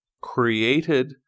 created